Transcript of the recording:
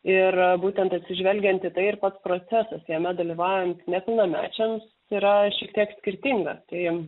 ir būtent atsižvelgiant į tai ir pats procesas jame dalyvaujant nepilnamečiams yra šiek tiek skirtinga tai